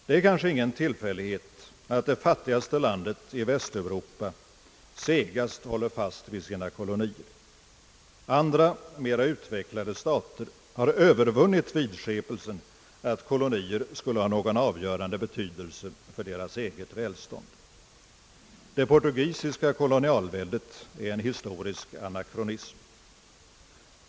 Det är kanske ingen tillfällighet att det fattigaste landet i Västeuropa segast håller fast vid sina kolonier. Andra, mera utvecklade stater har övervunnit vidskepelsen att kolonier skulle ha någon avgörande betydelse för deras eget välstånd. Det portugisiska kolonialväldet är en historisk anakronism.